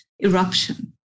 eruption